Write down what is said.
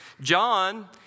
John